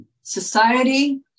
Society